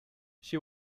she